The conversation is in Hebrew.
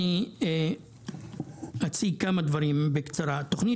אני אציג כמה דברים בקצרה: בפרויקטים לביצוע ארצי,